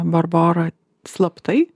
barbora slaptai